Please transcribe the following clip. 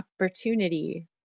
opportunity